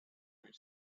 music